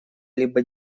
либо